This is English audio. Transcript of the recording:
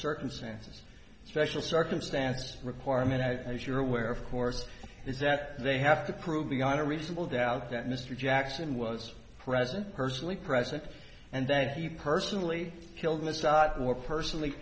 circumstance special circumstance requirement and as you're aware of course is that they have to prove beyond a reasonable doubt that mr jackson was present personally present and that he personally kill mr more personally